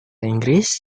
inggris